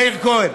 מאיר כהן,